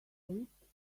eighth